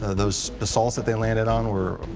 those basalts that they landed on were,